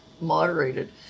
moderated